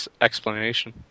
explanation